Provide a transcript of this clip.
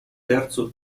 terzo